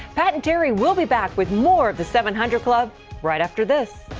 pat and terry will be back with more of the seven hundred club right after this.